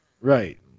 Right